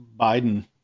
Biden